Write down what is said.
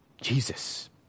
Jesus